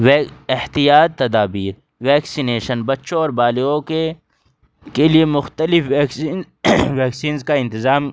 well احتیاط تدابیر vaccination بچوں اور بالغوں کے کے لیے مختلف ویکسین ویکسینز کا انتظام